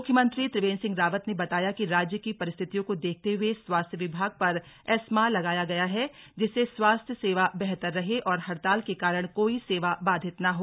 मुख्यमंत्री त्रिवेंद्र सिंह रावत ने बताया कि राज्य की परिस्थितियों को देखते हुए स्वास्थ्य विभाग पर एस्मा लगाया गया है जिससे स्वास्थ्य सेवा बेहतर रहे और हड़ताल के कारण कोई सेवा बाधित न हो